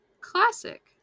classic